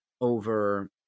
over